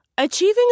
Achieving